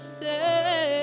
say